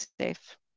safe